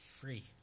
free